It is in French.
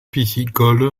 piscicole